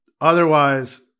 Otherwise